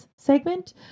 segment